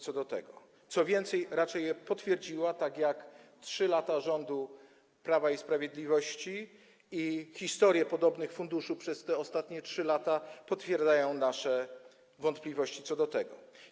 Co więcej, raczej je potwierdziła, tak jak 3 lata rządów Prawa i Sprawiedliwości i historie podobnych funduszy przez te ostatnie 3 lata potwierdzają nasze wątpliwości co do tego.